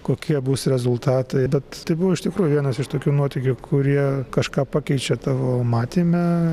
kokie bus rezultatai bet tai buvo iš tikrųjų vienas iš tokių nuotykių kurie kažką pakeičia tavo matyme